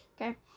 Okay